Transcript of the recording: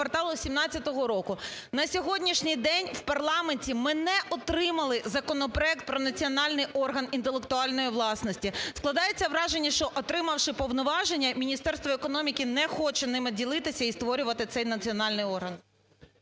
На сьогоднішній день в парламенті ми не отримали законопроект про національний орган інтелектуальної власності. Складається враження, що отримавши повноваження, Міністерство економіки не хоче ними ділитися і створювати цей національний орган.